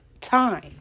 time